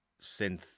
synth